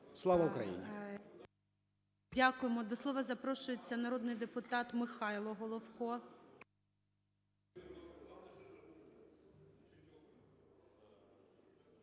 Слава Україні! ГОЛОВУЮЧИЙ. Дякуємо. До слова запрошується народний депутат Михайло Головко.